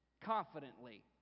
confidently